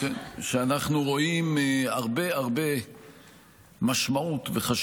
ואני כשר המשפטים משקיע מאמץ גדול כדי להביא לכך שמעמדה בכל מיני